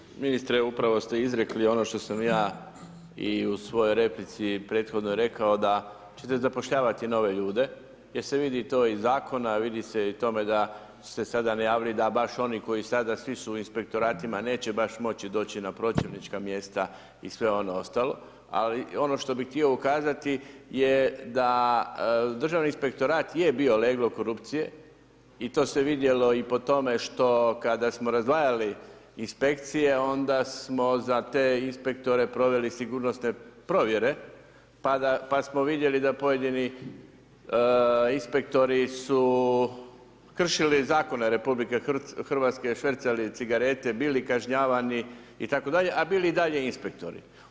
Gospodine ministre upravo ste izrekli ono što sam ja i u svojoj replici prethodnoj rekao da ćete zapošljavati nove ljude jer se vidi to iz zakona, vidi se i u tome da ste sada najavili da baš oni koji sada svi su u inspektoratima neće baš moći doći na pročelnička mjesta i sve ono ostalo, ali ono što bih htio ukazati da državni inspektorat je bio leglo korupcije i to se vidjelo i po tome što kada smo razdvajali inspekcije onda smo za te inspektore proveli sigurnosne provjere pa smo vidjeli da pojedini inspektori su kršili zakone RH, švercali cigarete, bili kažnjavani itd., a bili i dalje inspektori.